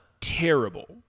terrible